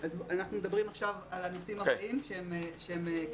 אנחנו מדברים עכשיו על הנושאים האחרים שהם כמשאבים.